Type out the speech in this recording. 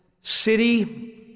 city